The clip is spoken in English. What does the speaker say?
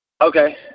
Okay